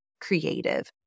creative